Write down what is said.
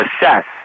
Assess